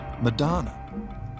Madonna